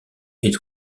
est